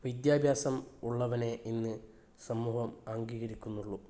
വിദ്യാഭ്യാസം ഉള്ളവനേ ഇന്ന് സമൂഹം അംഗീകരിക്കുന്നുള്ളൂ